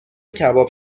کباب